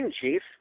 Chief